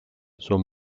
sont